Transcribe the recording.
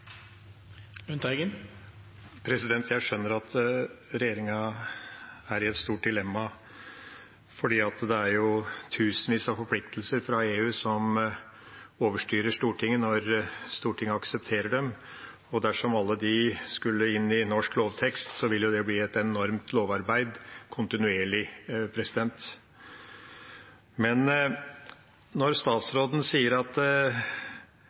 i et stort dilemma fordi det er tusenvis av forpliktelser fra EU som overstyrer Stortinget når Stortinget aksepterer dem. Dersom alle de skulle inn i norsk lovtekst, ville det bli et enormt lovarbeid kontinuerlig. Når statsråden sier at